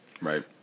Right